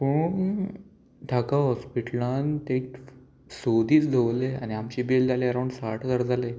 पूण ताका हॉस्पिटलान ते स दीस दवरले आनी आमची बील जाली अरावंड साठ हजार जाले